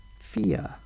fear